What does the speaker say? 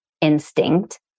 instinct